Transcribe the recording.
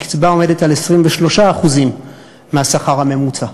הקצבה עומדת על 23% מהשכר הממוצע.